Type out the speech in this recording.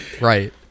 right